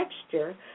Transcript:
texture